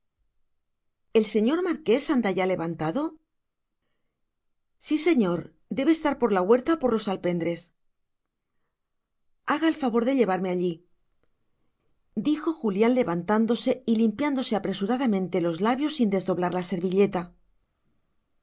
el señor marqués anda ya levantado sí señor debe estar por la huerta o por los alpendres haga el favor de llevarme allí dijo julián levantándose y limpiándose apresuradamente los labios sin desdoblar la servilleta